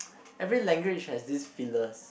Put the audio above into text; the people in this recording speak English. every language have this fillers